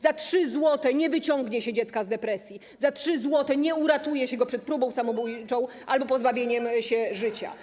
Za 3 zł nie wyciągnie się dziecka z depresji, za 3 zł nie uratuje się go przed próbą samobójczą albo pozbawieniem się życia.